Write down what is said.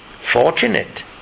fortunate